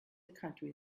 country